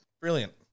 Brilliant